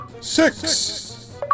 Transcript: Six